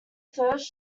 thirst